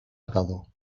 atado